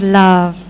love